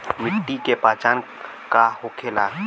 मिट्टी के पहचान का होखे ला?